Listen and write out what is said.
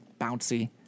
bouncy